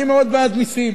אני מאוד בעד מסים,